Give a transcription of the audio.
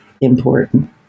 important